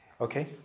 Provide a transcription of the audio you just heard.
Okay